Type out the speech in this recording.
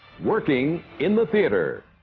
working in the theatre